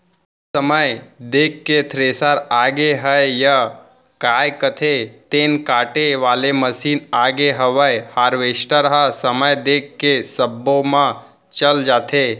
अब समय देख के थेरेसर आगे हयय, काय कथें तेन काटे वाले मसीन आगे हवय हारवेस्टर ह समय देख के सब्बो म चल जाथे